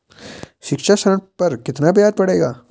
शिक्षा ऋण पर कितना ब्याज पड़ेगा?